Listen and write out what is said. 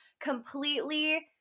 completely